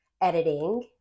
editing